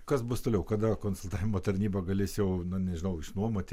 kas bus toliau kada konsultavimo tarnyba galės jau na nežinau išnuomoti